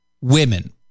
women